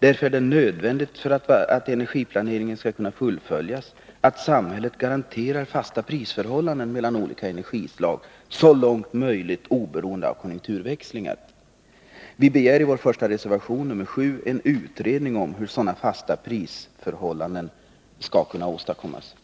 För att energiplaneringen skall kunna fullföljas är det därför nödvändigt att samhället garanterar fasta priser mellan olika energislag så långt det är möjligt, oberoende av konjunkturväxlingar. Vi begär i vår första reservation, reservation nr 7, en utredning om hur sådana fasta prisförhållanden skall kunna åstadkommas.